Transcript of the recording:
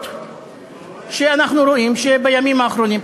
אם כי אנחנו רואים שבימים האחרונים,